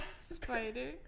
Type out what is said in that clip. spider